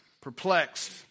perplexed